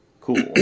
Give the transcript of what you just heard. Cool